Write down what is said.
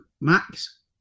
Max